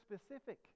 specific